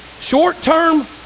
Short-term